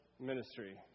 ministry